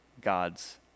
God's